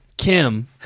Kim